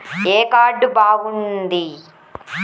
ఏ card బాగుంది?